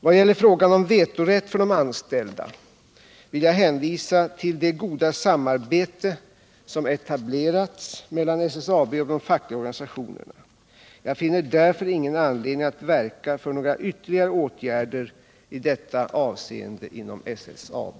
Vad gäller frågan om vetorätt för de anställda villjag — Nr 111 hänvisa till det goda samarbete som etablerats mellan SSAB och de fackliga Torsdagen den organisationerna. Jag finner därför ingen anledning att verka för några 6 april 1978 ytterligare åtgärder i detta avseende inom SSAB.